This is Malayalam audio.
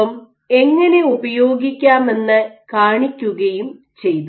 എം എങ്ങനെ ഉപയോഗിക്കാമെന്ന് കാണിക്കുകയും ചെയ്തു